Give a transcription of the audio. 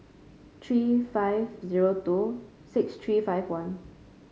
three five zero two six three five one